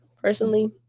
Personally